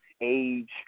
age